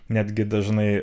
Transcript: netgi dažnai